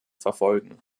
verfolgen